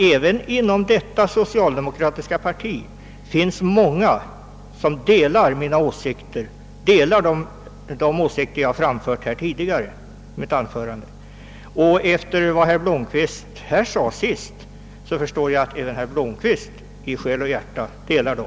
även inom detta socialdemokratiska parti finns dock många som delar de åsikter som jag har framfört i mitt tidigare anförande. Efter vad herr Blomkvist senast anförde förstår jag, att även herr Blomkvist i själ och hjärta delar dem.